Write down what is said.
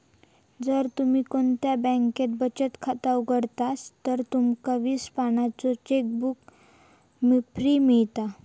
जर तुम्ही कोणत्या बॅन्केत बचत खाता उघडतास तर तुमका वीस पानांचो चेकबुक फ्री मिळता